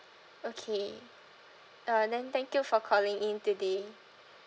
okay uh then thank you for calling in today